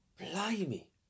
Blimey